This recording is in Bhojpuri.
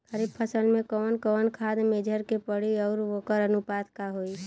खरीफ फसल में कवन कवन खाद्य मेझर के पड़ी अउर वोकर अनुपात का होई?